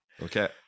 Okay